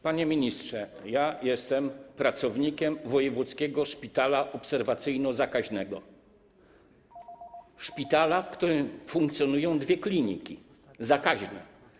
Panie ministrze, ja jestem pracownikiem wojewódzkiego szpitala obserwacyjno-zakaźnego, szpitala, w którym funkcjonują dwie kliniki zakaźne.